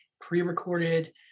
pre-recorded